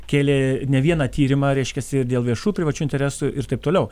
kėlė ne vieną tyrimą reiškiasi ir dėl viešų privačių interesų ir taip toliau